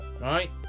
right